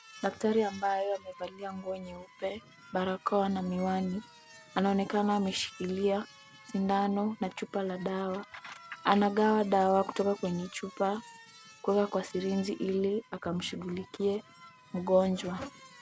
Daktari ambayo amevalia nguo nyeupe, barakoa na miwani anaonekana ameshikilia sindano na chupa la dawa. Anagawa dawa kutoka kwenye chupa kuweka kwa syringe ili akamshughulikie mgonjwa.